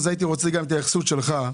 הייתי רוצה גם התייחסות שלך.